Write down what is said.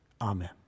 Amen